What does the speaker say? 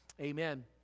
amen